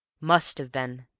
must have been.